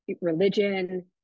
religion